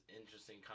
interesting